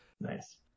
Nice